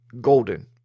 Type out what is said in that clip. golden